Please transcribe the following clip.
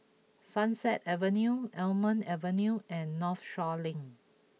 Sunset Avenue Almond Avenue and Northshore Link